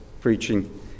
preaching